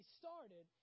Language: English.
started